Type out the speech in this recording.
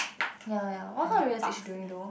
ya ya what kind of real estate do we do